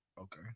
Okay